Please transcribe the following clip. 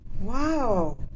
Wow